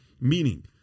Meaning